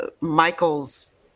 michael's